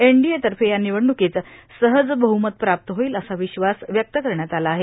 एनडीएतर्फे या निवडणुकीत सहज बहुमत प्राप्त होईल असा विश्वास व्यक्त करण्यात आला आहे